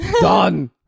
Done